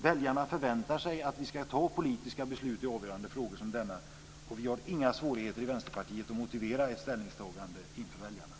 Väljarna förväntar sig att vi ska fatta politiska beslut i avgörande frågor som denna, och vi har inga svårigheter i Vänsterpartiet att motivera ett ställningstagande inför väljarna.